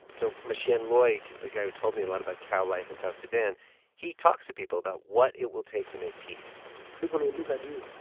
so machien luoi he's the guy who told me a lot about cow life in south sudan he talks to people about what it will take to make peace people will look at you.